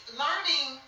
learning